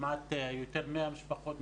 יותר מ-100 משפחות,